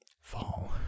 Fall